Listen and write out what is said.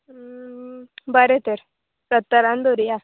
बरें तर सत्तरान धरुया